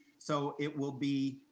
so it will be